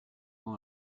ans